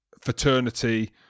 fraternity